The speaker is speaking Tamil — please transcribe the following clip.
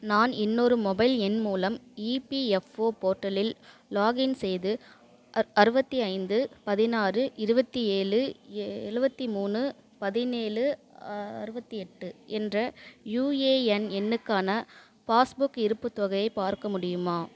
நான் இன்னொரு மொபைல் எண் மூலம் இபிஎஃப்ஓ போர்ட்டலில் லாகின் செய்து அறுபத்தி ஐந்து பதினாறு இருபத்தி ஏழு எழுவத்தி மூணு பதினேழு அறுபத்தி எட்டு என்ற யுஏஎன் எண்ணுக்கான பாஸ்புக் இருப்புத் தொகையை பார்க்க முடியுமா